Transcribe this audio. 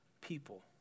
people